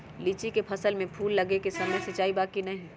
लीची के फसल में फूल लगे के समय सिंचाई बा कि नही?